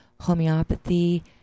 homeopathy